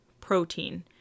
protein